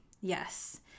yes